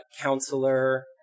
counselor